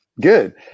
Good